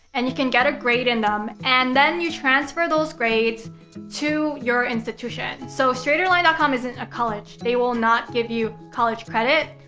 and you can get a grade in them. and then, you transfer those grades to your institution. so, straighterline dot com isn't a college. they will not give you college credit.